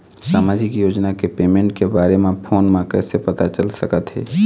सामाजिक योजना के पेमेंट के बारे म फ़ोन म कइसे पता चल सकत हे?